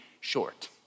short